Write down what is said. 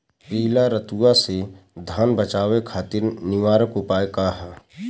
पीला रतुआ से धान बचावे खातिर निवारक उपाय का ह?